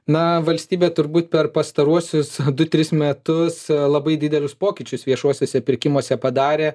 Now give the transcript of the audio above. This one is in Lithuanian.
na valstybė turbūt per pastaruosius du tris metus labai didelius pokyčius viešuosiuose pirkimuose padarė